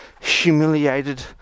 humiliated